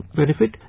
benefit